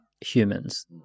humans